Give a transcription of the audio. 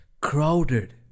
crowded